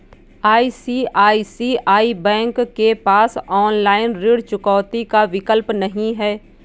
क्या ICICI bank के पास ऑनलाइन ऋण चुकौती का विकल्प नहीं है?